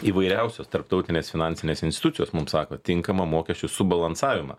įvairiausios tarptautinės finansinės institucijos mums sako tinkamą mokesčių subalansavimą